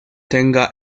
tenga